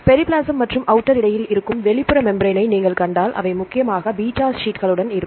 periplasm மற்றும் outer இடையில் இருக்கும் வெளிப்புற மெம்பிரான்னை நீங்கள் கண்டால் அவை முக்கியமாக பீட்டா ஷீட்களுடன் இருக்கும்